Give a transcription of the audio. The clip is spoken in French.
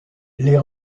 les